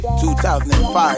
2005